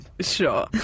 Sure